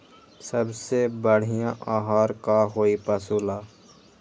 सबसे बढ़िया आहार का होई पशु ला?